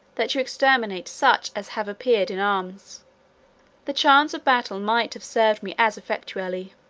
that you exterminate such as have appeared in arms the chance of battle might have served me as effectually.